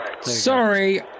Sorry